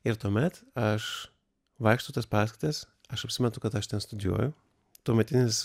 ir tuomet aš vaikštau į tas paskaitas aš apsimetu kad aš ten studijuoju tuometinis